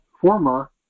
former